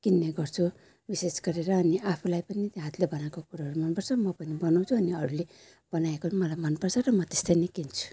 किन्ने गर्छु विशेष गरेर अनि आफूलाई पनि त्यो हातले बनाएको कुरोहरू मन पर्छ म पनि बनाउँछु अनि अरूले बनाएको मलाई मन पर्छ र म त्यस्तै नै किन्छु